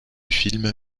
film